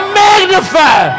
magnify